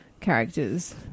characters